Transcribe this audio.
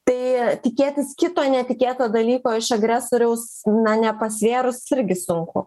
tai tikėtis kito netikėto dalyko iš agresoriaus na nepasvėrus irgi sunku